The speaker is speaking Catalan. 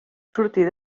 sortir